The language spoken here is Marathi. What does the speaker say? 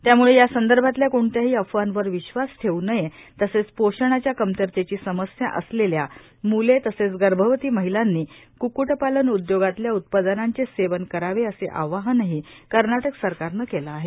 त्यामुळे या संदर्भातल्या कोणत्याही अफवांवर विश्वास ठेव् नये तसेच पोषणाच्या कमतरतेची समस्या असलेल्या म्ले तसेच गर्भवती महिलांनी क्क्क्टपालन उद्योगांतल्या उत्पादनांचे सेवन करावे असे आवाहनही कर्नाटक सरकारने केले आहे